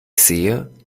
sehe